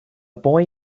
boy